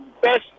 best